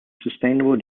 sustainable